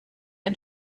ein